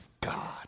God